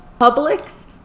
Publix